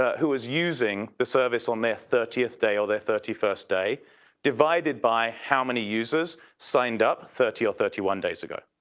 who was using the service on their thirtieth day, or their thirty first day divided by how many users signed up thirty or thirty one days ago.